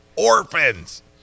orphans